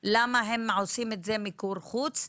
למה הם עושים את זה במיקור חוץ,